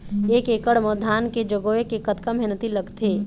एक एकड़ म धान के जगोए के कतका मेहनती लगथे?